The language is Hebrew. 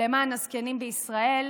למען הזקנים בישראל,